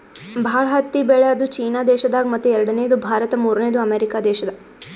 ಭಾಳ್ ಹತ್ತಿ ಬೆಳ್ಯಾದು ಚೀನಾ ದೇಶದಾಗ್ ಮತ್ತ್ ಎರಡನೇದು ಭಾರತ್ ಮೂರ್ನೆದು ಅಮೇರಿಕಾ ದೇಶಾ